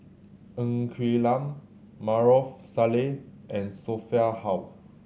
Ng Quee Lam Maarof Salleh and Sophia Hull